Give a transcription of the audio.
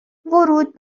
ورود